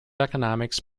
economics